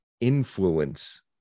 influence